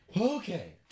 okay